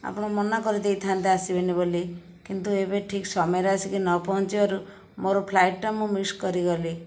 ଆପଣ ମନା କରିଦେଇଥାନ୍ତେ ଆସିବେନି ବୋଲି କିନ୍ତୁ ଏବେ ଠିକ୍ ସମୟରେ ଆସିକି ନ ପହଁଞ୍ଚିବାରୁ ମୋର ଫ୍ଲାଇଟ୍ଟା ମୁଁ ମିସ୍ କରିଗଲି